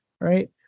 Right